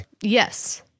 Yes